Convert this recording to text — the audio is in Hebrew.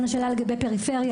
נשאלה כאן שאלה לגבי פריפריה,